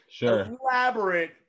elaborate